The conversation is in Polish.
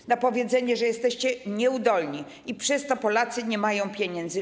Chodzi o powiedzenie, że jesteście nieudolni i przez to Polacy nie mają pieniędzy.